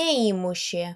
neįmušė